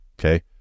okay